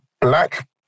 black